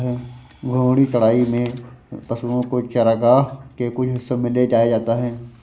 घूर्णी चराई में पशुओ को चरगाह के कुछ हिस्सों में ले जाया जाता है